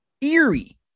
eerie